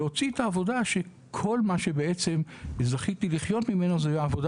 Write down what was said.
כל מה שזכיתי לחיות ממנו הייתה העבודה